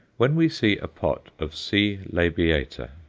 when we see a pot of c. labiata,